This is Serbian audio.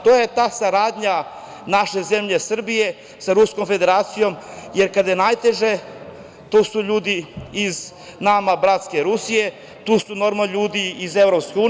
To je ta saradnja naše zemlje Srbije sa Ruskom Federacijom, jer kada je najteže, tu su ljudi iz nama bratske Rusije, tu su normalno ljudi iz EU.